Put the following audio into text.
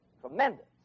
Tremendous